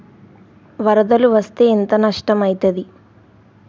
వరదలు వస్తే ఎంత నష్టం ఐతది?